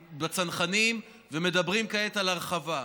בצנחנים, ומדברים כעת על הרחבה.